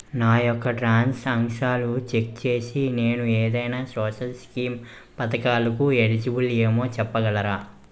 నా యెక్క ట్రాన్స్ ఆక్షన్లను చెక్ చేసి నేను ఏదైనా సోషల్ స్కీం పథకాలు కు ఎలిజిబుల్ ఏమో చెప్పగలరా?